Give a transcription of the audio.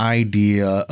idea